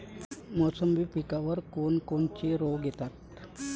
मोसंबी पिकावर कोन कोनचे रोग येतात?